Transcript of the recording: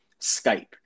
Skype